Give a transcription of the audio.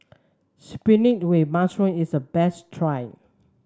spinach with mushroom is a best try